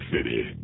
City